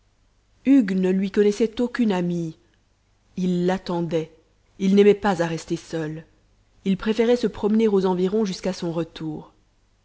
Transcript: hugues ne lui connaissait aucune amie il l'attendait il n'aimait pas à rester seul il préférait se promener aux environs jusqu'à son retour